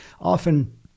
often